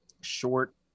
short